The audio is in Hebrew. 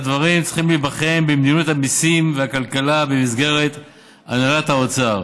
שהדברים צריכים להיבחן במדיניות המיסים והכלכלה במסגרת הנהלת האוצר.